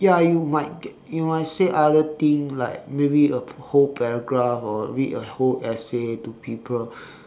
ya you might get you might say other things like maybe a whole paragraph or read a whole essay to people